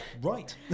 Right